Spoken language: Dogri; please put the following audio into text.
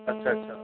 अच्छा अच्छा